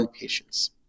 patients